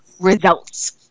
results